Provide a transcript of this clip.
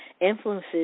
influences